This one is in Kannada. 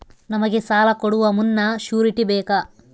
ನಮಗೆ ಸಾಲ ಕೊಡುವ ಮುನ್ನ ಶ್ಯೂರುಟಿ ಬೇಕಾ?